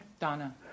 Donna